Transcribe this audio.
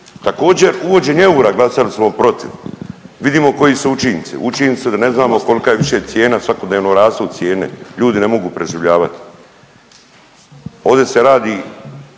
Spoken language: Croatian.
Također, uvođenje eura glasali smo protiv, vidimo koji su učinci, učinci su da ne znamo kolika je više cijena, svakodnevno rastu cijene, ljudi ne mogu preživljavati. Ovdje se radi